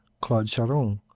claude charron,